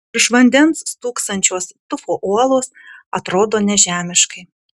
virš vandens stūksančios tufo uolos atrodo nežemiškai